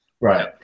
Right